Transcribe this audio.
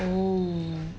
oh